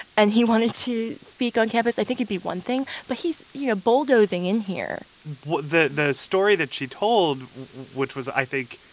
and he wanted to speak on campus, i think it'd be one thing. but he's, you know, bulldozing in here the the story that she told which was, i think,